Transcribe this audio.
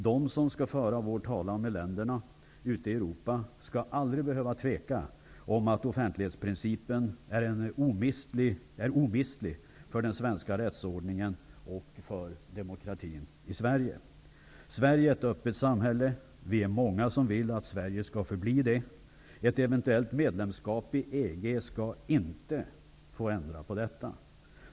De som skall föra vår talan med länderna ute i Europa skall aldrig behöva tveka om att offentlighetsprincipen är omistlig för den svenska rättsordningen och för demokratin i Sverige är ett öppet samhälle, och vi är många som vill att Sverige skall förbli det. Ett eventuellt medlemskap i EG skall inte få ändra på detta.